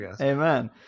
Amen